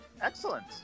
Excellent